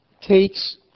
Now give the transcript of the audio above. takes